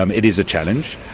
um it is a challenge.